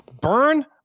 Burn